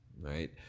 right